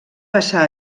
passar